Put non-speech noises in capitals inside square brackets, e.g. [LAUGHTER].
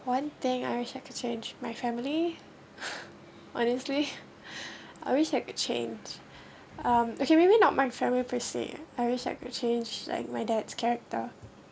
one thing I wish I could change my family [LAUGHS] honestly [BREATH] I wish I could change um okay maybe not my family per se I wish I could change like my dad's character